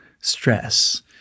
stress